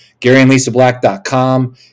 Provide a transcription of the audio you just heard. GaryAndLisaBlack.com